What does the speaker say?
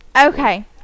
Okay